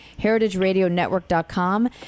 heritageradionetwork.com